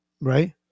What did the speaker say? right